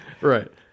Right